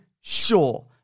sure